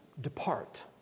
Depart